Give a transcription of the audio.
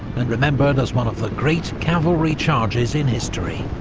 and remembered as one of the great cavalry charges in history.